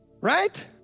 Right